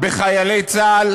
בחיילי צה"ל,